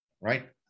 Right